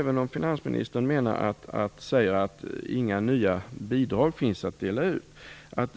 Finansministern säger att inga nya bidrag finns att dela ut.